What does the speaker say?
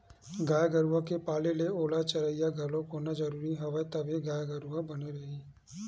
गाय गरुवा के पाले ले ओला चरइया घलोक होना जरुरी हवय तभे गाय गरु ह बने रइही